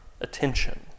attention